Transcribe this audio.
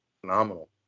phenomenal